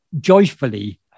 joyfully